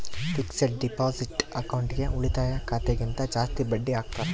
fixed deposit ಅಕೌಂಟ್ಗೆ ಉಳಿತಾಯ ಖಾತೆ ಗಿಂತ ಜಾಸ್ತಿ ಬಡ್ಡಿ ಹಾಕ್ತಾರ